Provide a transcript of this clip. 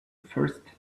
first